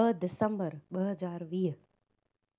ॿ दिसंबर ॿ हज़ार वीह